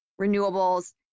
renewables